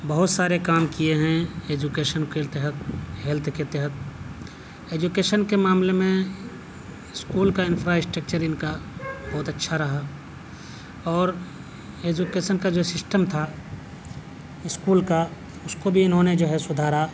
بہت سارے کام کیے ہیں ایجوکیشن کے تحت ہیلتھ کے تحت ایجوکیشن کے معاملے میں اسکول کا انفراسٹکچر ان کا بہت اچھا رہا اور ایجوکیشن کا جو سسٹم تھا اسکول کا اس کو بھی انہوں نے جو ہے سدھارا